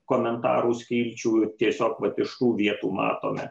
komentarų skilčių tiesiog vat iš tų vietų matome